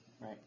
right